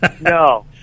No